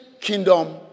kingdom